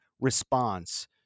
response